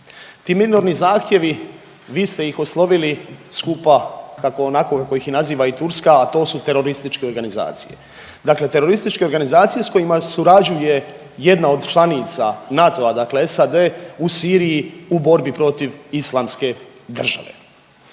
ti minorni zahtjevi vi ste ih oslovili skupa kako onako kako ih naziva i Turska, a to su terorističke organizacije, dakle terorističke organizacije s kojima surađuje jedna od članica NATO-a dakle SAD u Siriji u borbi protiv islamske države.